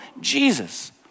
Jesus